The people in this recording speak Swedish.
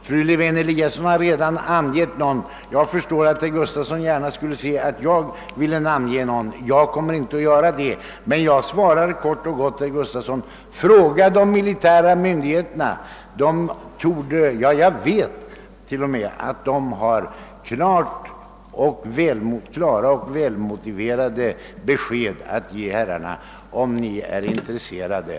Fru Lewén Eliasson har redan angett en flottilj, och jag förstår att herr Gustafsson gärna ser att även jag nämner någon, men jag kommer inte att göra detta. Jag svarar herr Gustafsson kort och gott: Fråga de militära myndigheterna, ty jag vet att de har klara och välmotiverade besked att lämna herrarna, de intresserade.